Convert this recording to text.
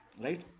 right